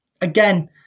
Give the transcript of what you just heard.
again